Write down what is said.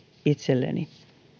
itselleni henkilökohtaisesti